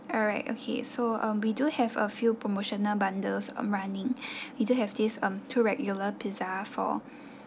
alright okay so um we do have a few promotional bundles mm running we do have this um two regular pizza for